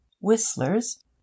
whistler's